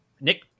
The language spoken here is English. Nick